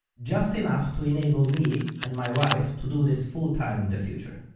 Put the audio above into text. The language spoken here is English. just enough to enable me and my wife to do this full time in the future.